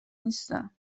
نیستم